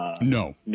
No